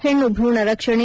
ಹೆಣ್ಣು ಭ್ರೂಣ ರಕ್ಷಣೆ